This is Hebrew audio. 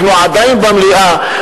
אנחנו עדיין במליאה,